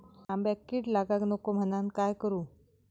आंब्यक कीड लागाक नको म्हनान काय करू?